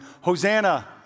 Hosanna